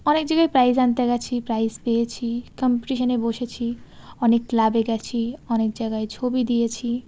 অনেক জায়গায় প্রাইজ আনতে গেছি প্রাইজ পেয়েছি কম্পিটিশানে বসেছি অনেক ক্লাবে গেছি অনেক জাগায় ছবি দিয়েছি